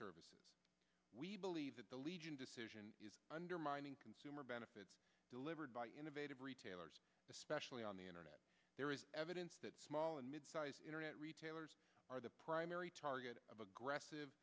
services we believe that the legion decision is undermining consumer benefits delivered by innovative retailers especially on the internet there is evidence that small and mid sized internet retailers are the primary target of aggressive